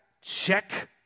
check